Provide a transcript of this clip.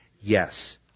Yes